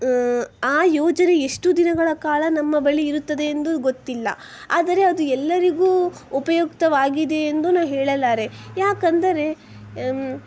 ಆ ಯೋಜನೆ ಎಷ್ಟು ದಿನಗಳ ಕಾಲ ನಮ್ಮ ಬಳಿ ಇರುತ್ತದೆ ಎಂದು ಗೊತ್ತಿಲ್ಲ ಆದರೆ ಅದು ಎಲ್ಲರಿಗೂ ಉಪಯುಕ್ತವಾಗಿದೆ ಎಂದು ನಾನು ಹೇಳಲಾರೆ ಯಾಕೆಂದರೆ